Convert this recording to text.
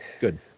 good